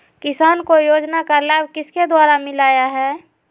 किसान को योजना का लाभ किसके द्वारा मिलाया है?